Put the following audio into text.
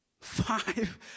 Five